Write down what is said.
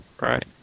Right